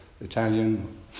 Italian